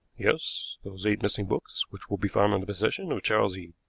yes those eight missing books, which will be found in the possession of charles eade.